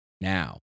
now